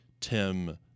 Tim